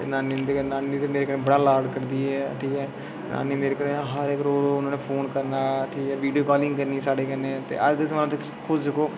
नानी दे ते नानी मेरे कन्नै बड़ा लाड़ करदी ऐ ठीक ऐ नानी मेरी ने हर रोज़ फोन करना ते वीडियो कालिंग करनी साढ़े कन्नै अस ते सगुआं उंदे कन्नै